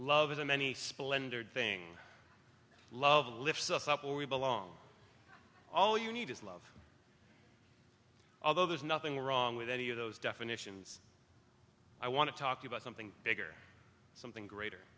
love is a many splendored thing love lifts us up where we belong all you need is love although there's nothing wrong with any of those definitions i want to talk about something bigger something greater